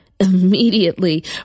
immediately